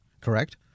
correct